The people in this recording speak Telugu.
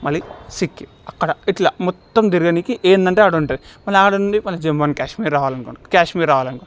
మళ్ళీ సిక్కిం అక్కడ ఇట్లా మొత్తం తిరగనీకి ఎక్కడంటే అక్కడ ఉంటాయి మళ్ళీ అక్కడ నుండి జమ్మూ అండ్ కాశ్మీర్ రావాలనుకో కాశ్మీర్ రావాలనుకో